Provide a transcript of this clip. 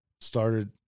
started